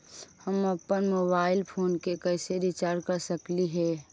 हम अप्पन mobile phone के कैसे रिचार्ज कर सकली हे?